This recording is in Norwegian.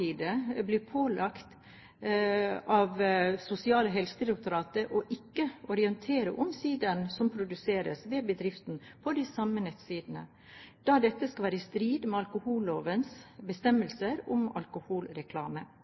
blir pålagt av Sosial- og helsedirektoratet ikke å orientere om sideren som produseres ved bedriften, på de samme nettsidene, da dette skal være i strid med alkohollovens bestemmelser om alkoholreklame.